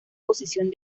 posición